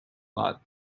lot